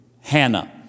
Hannah